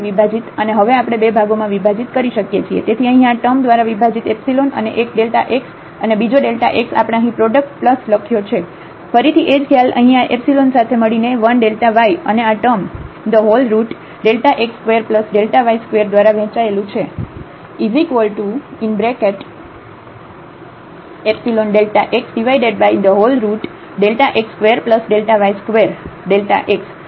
અને હવે આપણે 2 ભાગોમાં વિભાજીત કરી શકીએ છીએ તેથી અહીં આ ટૅમ દ્વારા વિભાજિત એપ્સીલોન અને એક ડેલ્ટા x અને બીજો ડેલ્ટા x આપણે અહીં પ્રોડક્ટ લખ્યો છે ફરીથી એ જ ખ્યાલ અહીં આ એપ્સીલોન સાથે મળીને 1 ડેલ્ટા વાય અને આ ટર્મ x2y2દ્વારા વહેંચાયેલું છે